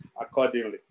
accordingly